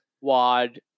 wad